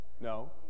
No